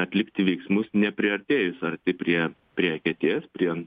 atlikti veiksmus nepriartėjus arti prie prie eketės prie